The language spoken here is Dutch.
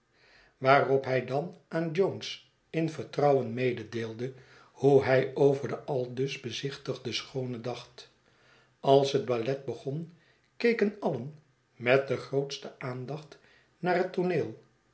waarop hij dan aan jones in vertrouwen mededeelde hoe hij over de aldus bezichtigde schoone dacht als het ballet begon keken alien met de grootste aandacht naar het tooneel